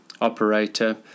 operator